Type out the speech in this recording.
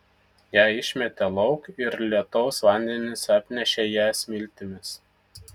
ją išmetė lauk ir lietaus vandenys apnešė ją smiltimis